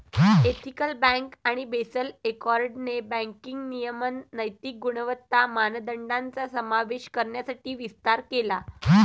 ethical bank आणि Basel एकॉर्डने banking नियमन नैतिक गुणवत्ता मानदंडांचा समावेश करण्यासाठी विस्तार केला